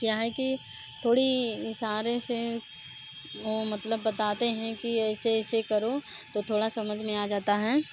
क्या है कि थोड़ी इशारे से वो मतलब बताते हैं कि ऐसे ऐसे करो तो थोड़ा समझ में आ जाता है